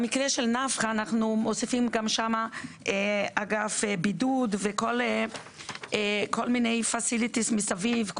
במקרה של נפחא אנחנו גם מוסיפים אגף בידוד וכל מיני facilities מסביב,